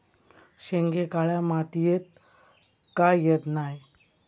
शेंगे काळ्या मातीयेत का येत नाय?